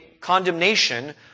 condemnation